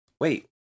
Wait